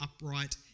upright